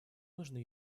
нужно